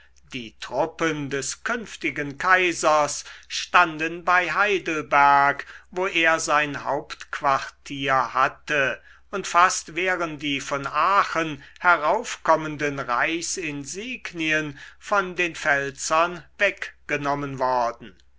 die truppen des künftigen kaisers standen bei heidelberg wo er sein hauptquartier hatte und fast wären die von aachen heraufkommenden reichsinsignien von den pfälzern weggenommen worden